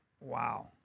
Wow